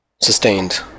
sustained